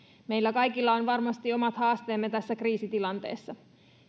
meillä kaikilla on varmasti omat haasteemme tässä kriisitilanteessa